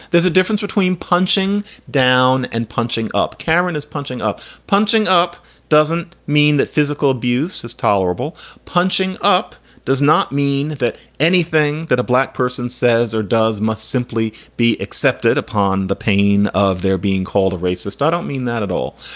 there's a difference between punching down and punching up. karen is punching up. punching up doesn't mean that physical abuse is tolerable. punching up does not mean that anything that a black person says or does must simply be accepted upon the pain of their being called a racist. i don't mean that at all.